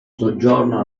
soggiorno